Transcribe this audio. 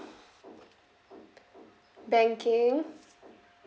banking